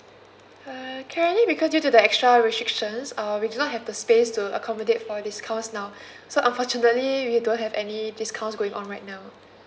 uh currently because due to the extra restrictions uh we do not have the space to accommodate for discounts now so unfortunately we don't have any discounts going on right now